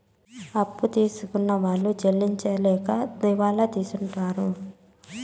అప్పు తీసుకున్న వాళ్ళు చెల్లించలేక దివాళా తీసింటారు